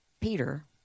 Peter